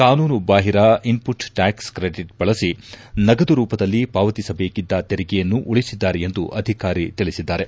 ಕಾನೂನುಬಾಹಿರ input tax credit ಬಳಸಿ ನಗದು ರೂಪದಲ್ಲಿ ಪಾವತಿಸಬೇಕಿದ್ದ ತೆರಿಗೆಯನ್ನು ಉಳಿಸಿದ್ದಾರೆ ಎಂದು ಅಧಿಕಾರಿ ಹೇಳಿದ್ದಾರೆ